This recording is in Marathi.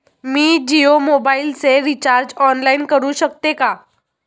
मी जियो मोबाइलचे रिचार्ज ऑनलाइन करू शकते का?